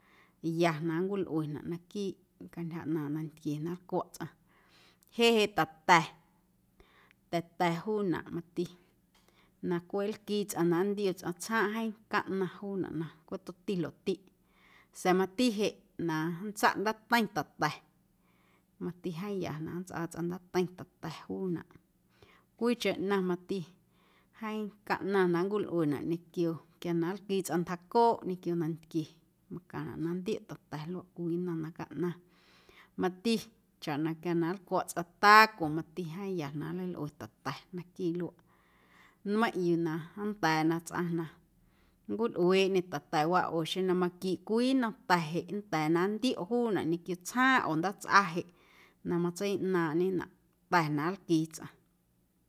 Ya na nncwilꞌuenaꞌ naquiiꞌ cantyja ꞌnaaⁿꞌ nantquie na nlcwaꞌ tsꞌaⁿ jeꞌ jeꞌ ta̱ta̱, ta̱ta̱ juunaꞌ mati na cweꞌ nlquii tsꞌaⁿ na nntio tsꞌaⁿ tsjaaⁿꞌ jeeⁿ caꞌnaⁿ juunaꞌ na cweꞌ tomti luaꞌtiꞌ sa̱a̱ mati jeꞌ na nntsaꞌ ndaateiⁿ ta̱ta̱ mati jeeⁿ ya na nntsꞌaa tsꞌaⁿ ndaateiⁿ ta̱ta̱ juunaꞌ cwiicheⁿ ꞌnaⁿ mati jeeⁿ caꞌnaⁿ na nncwilꞌuenaꞌ ñequio quia na nlquii tsꞌaⁿ ntjaacooꞌ ñequio nantquie macaⁿnaꞌ na nntioꞌ ta̱ta̱ luaꞌ cwii nnom na caꞌnaⁿ mati chaꞌ na quia na nlcwaꞌ tsꞌaⁿ taco mati jeeⁿ ya na nleilꞌue ta̱ta̱ naquiiꞌ luaꞌ nmeiⁿꞌ yuu na nnda̱a̱ na tsꞌaⁿ na nncolꞌueeꞌñe ta̱ta̱waꞌ oo xeⁿ na maquiꞌ cwii nnom ta̱ jeꞌ nnda̱a̱ na nntioꞌ juunaꞌ ñequio tsjaaⁿꞌ oo ndaatsꞌa jeꞌ na matseiꞌnaaⁿꞌñenaꞌ ta̱ na nlquii tsꞌaⁿ.